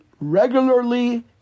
Regularly